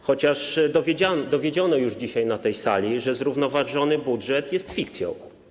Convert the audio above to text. Chociaż dowiedziono już dzisiaj na tej sali, że zrównoważony budżet jest fikcją.